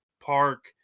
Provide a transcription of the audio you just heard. park